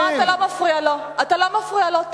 לא, אתה לא מפריע לו, אתה לא מפריע לו.